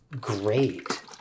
great